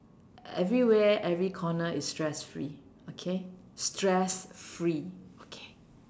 everywhere every corner is stress free okay stress free okay